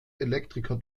elektriker